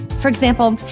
for example,